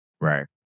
Right